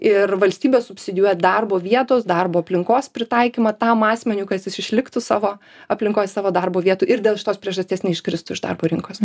ir valstybė subsidijuoja darbo vietos darbo aplinkos pritaikymą tam asmeniui kad jis išliktų savo aplinkoj savo darbo vietoj ir dėl šitos priežasties neiškristų iš darbo rinkos